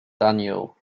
daniel